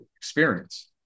experience